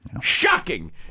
Shocking